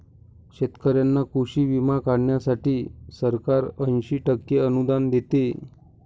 शेतकऱ्यांना कृषी विमा काढण्यासाठी सरकार ऐंशी टक्के अनुदान देते